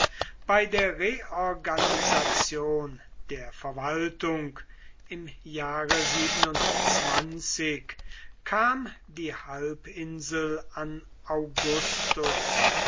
bei der reorganisation der verwaltung im jahre kam die halbinsel an augustus